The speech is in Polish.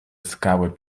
skały